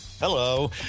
Hello